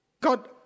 God